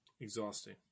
exhausting